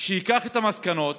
שייקח את המסקנות